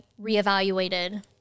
reevaluated